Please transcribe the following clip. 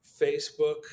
Facebook